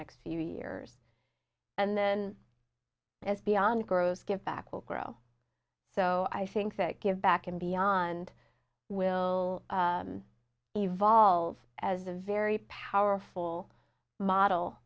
next few years and then as beyond grows give back will grow so i think that give back and beyond will evolve as a very powerful model